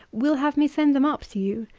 will have me send them up to you.